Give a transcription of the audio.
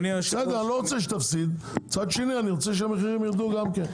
אני לא רוצה שתפסיד אבל אני גם רוצה שהמחירים ירדו.